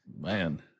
Man